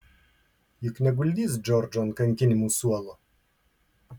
juk neguldys džordžo ant kankinimų suolo